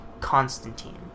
Constantine